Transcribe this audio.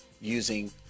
using